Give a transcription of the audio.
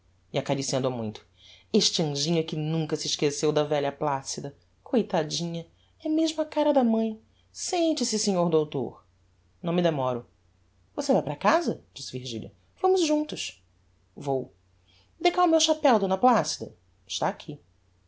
e acariciando a muito este anjinho é que nunca se esqueceu da velha placida coitadinha é mesmo a cara da mãe sente-se senhor doutor não me demoro você vae para casa disse virgilia vamos juntos vou dê cá o meu chapéu d placida está aqui